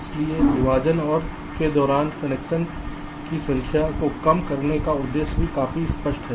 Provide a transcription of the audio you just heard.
इसलिए विभाजन के दौरान कनेक्शन की संख्या को कम करने का उद्देश्य भी काफी संतुष्ट है